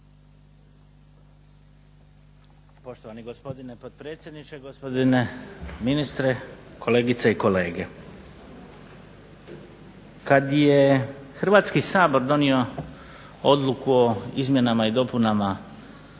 Poštovani gospodine potpredsjedniče, gospodine ministre, kolegice i kolege. Kad je Hrvatski sabor donio odluku o izmjenama i dopunama